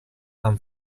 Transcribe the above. amb